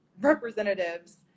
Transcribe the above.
representatives